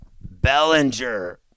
Bellinger